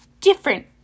different